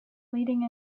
leading